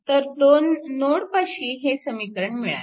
तर नोड 2 पाशी हे समीकरण मिळाले